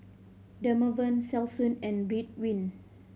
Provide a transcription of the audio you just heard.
Dermaveen Selsun and Ridwind